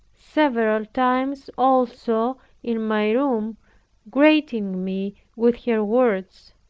several times, also, in my room grating me with her words